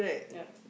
yeah